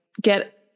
get